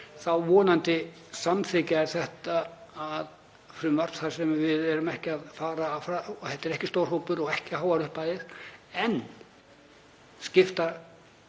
þá vonandi samþykkja þeir þetta frumvarp þar sem við erum ekki að fara fram — þetta er ekki stór hópur og ekki háar upphæðir en skipta